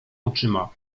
oczyma